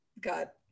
got